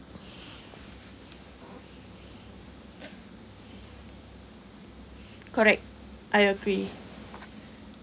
correct I agree